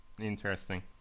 Interesting